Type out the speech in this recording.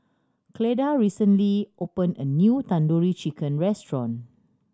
Cleda recently opened a new Tandoori Chicken Restaurant